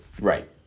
Right